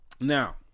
Now